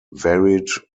varied